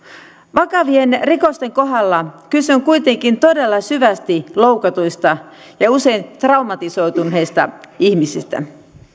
vakavien rikosten kohdalla kyse on kuitenkin todella syvästi loukatuista ja usein traumatisoituneista ihmisistä